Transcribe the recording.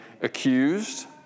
accused